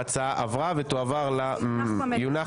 ההצעה עברה ותונח במליאה.